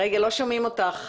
כיף לראות אותך.